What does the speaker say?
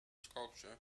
sculpture